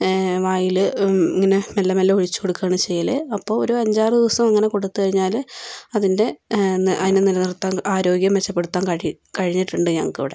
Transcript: വായില് ഇങ്ങനെ മെല്ലെ മെല്ലെ ഒഴിച്ചുകൊടുക്കുകയാണ് ചെയ്യല് അപ്പം ഒരു അഞ്ചാറ് ദിവസം ഇങ്ങനെ കൊടുത്തു കഴിഞ്ഞാല് അതിൻ്റെ ആരോഗ്യം നില നിർത്താൻ ആരോഗ്യം മെച്ചപ്പെടുത്താൻ കഴിയും കഴിഞ്ഞിട്ടുണ്ട് ഞങ്ങൾക്ക് ഇവിടെ